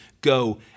Go